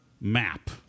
map